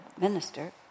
minister